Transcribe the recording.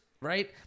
right